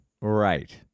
Right